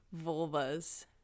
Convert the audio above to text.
vulvas